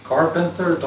Carpenter